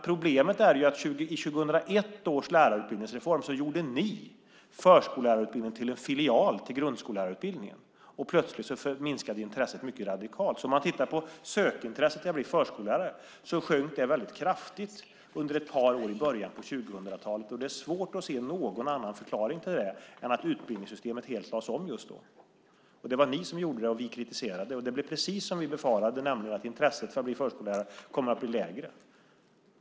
Problemet är att ni i 2001 års lärarutbildningsreform gjorde förskollärarutbildningen till en filial till grundskollärarutbildningen. Plötsligt minskade intresset mycket radikalt. Sökintresset när det gäller att bli förskollärare sjönk väldigt kraftigt under ett par år i början av 2000-talet. Det är svårt att se någon annan förklaring till det än att utbildningssystemet just då helt lades om. Det var ni som gjorde det, och vi kritiserade det. Det blev precis som vi befarade, nämligen att intresset för att bli förskollärare kom att bli lägre.